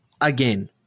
again